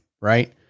Right